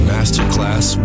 Masterclass